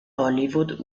hollywood